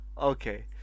Okay